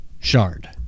shard